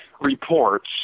reports